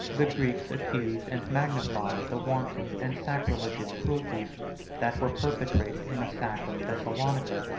the greeks accuse and magnify the wanton and sacrilegious cruelties that were perpetrated in the sack of thessalonica,